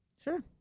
Sure